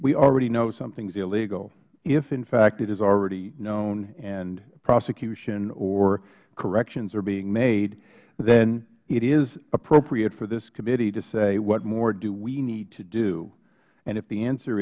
we already know something is illegal if in fact it is already known and prosecution or corrections are being made then it is appropriate for this committee to say what more do we need to do and if the answer